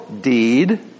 deed